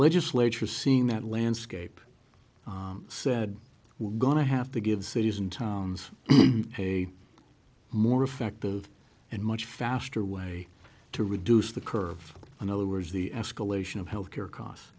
legislature seeing that landscape said we're going to have to give cities and towns a more effective and much faster way to reduce the curve in other words the escalation of health care costs